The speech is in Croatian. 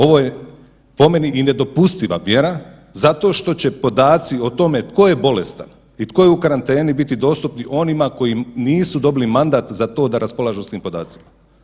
Ovo je po meni i nedopustiva mjera zato što će podaci o tome tko je bolestan i tko je u karanteni biti dostupni onima koji nisu dobili mandat za to da raspolažu s tim podacima.